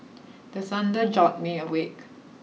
the thunder jolt me awake